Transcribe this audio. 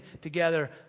together